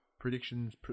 Predictions